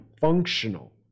functional